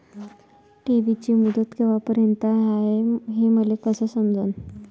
ठेवीची मुदत कवापर्यंत हाय हे मले कस समजन?